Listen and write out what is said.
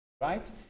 right